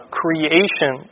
creation